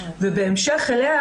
ובהמשך לה,